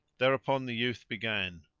thereupon the youth began,